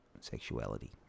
Sexuality